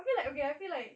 I feel like okay I feel like